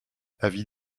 avis